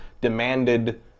demanded